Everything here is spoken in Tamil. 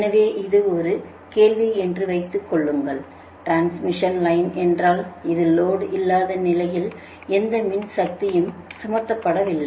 எனவே இது ஒரு கேள்வி என்று வைத்துக்கொள்ளுங்கள் டிரான்ஸ்மிஷன் லைன் என்றால் இது லோடு இல்லாத நிலையில் எந்த மின் சக்தியையும் சுமப்பதில்லை